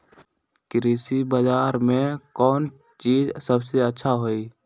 कृषि बजार में कौन चीज सबसे अच्छा होई?